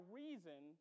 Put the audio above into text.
reason